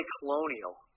Colonial